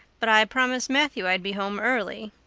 but i promised matthew i'd be home early.